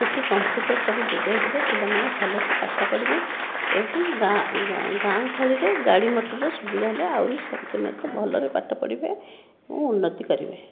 ସେଠି କମ୍ପ୍ୟୁଟର ସବୁ ଯୋଗାଇ ଦେଲେ ପିଲାମାନେ ଭଲସେ ପାଠ ପଢ଼ିବେ ଏବଂ ଗାଁ ଗାଁ ଗହଳିରେ ଗାଡ଼ି ମୋଟରର ସୁବିଧା ହେଲେ ଆହୁରି ସମସ୍ତେ ଭଲରେ ପାଠ ପଢ଼ିବେ ଓ ଉନ୍ନତି କରିବେ